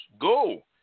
Go